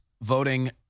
voting